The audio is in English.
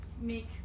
make